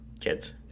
kids